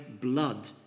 blood